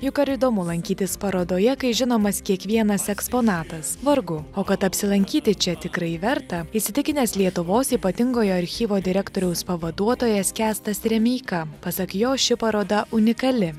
juk ar įdomu lankytis parodoje kai žinomas kiekvienas eksponatas vargu o kad apsilankyti čia tikrai verta įsitikinęs lietuvos ypatingojo archyvo direktoriaus pavaduotojas kęstas remeika pasak jo ši paroda unikali